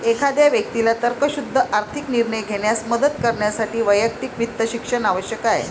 एखाद्या व्यक्तीला तर्कशुद्ध आर्थिक निर्णय घेण्यास मदत करण्यासाठी वैयक्तिक वित्त शिक्षण आवश्यक आहे